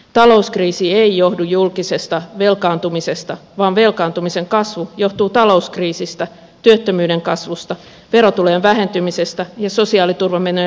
talouskriisi ei johdu julkisesta velkaantumisesta vaan velkaantumisen kasvu johtuu talouskriisistä työttömyyden kasvusta verotulojen vähentymisestä ja sosiaaliturvamenojen lisääntymisestä